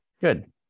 Good